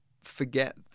forget